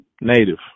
native